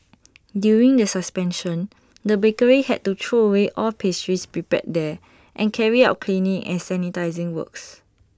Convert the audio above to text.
during the suspension the bakery had to throw away all pastries prepared there and carry out cleaning and sanitising works